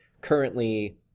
currently –